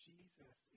Jesus